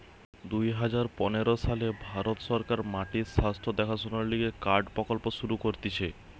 দুই হাজার পনের সালে ভারত সরকার মাটির স্বাস্থ্য দেখাশোনার লিগে কার্ড প্রকল্প শুরু করতিছে